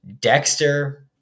Dexter